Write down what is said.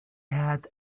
had